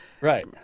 right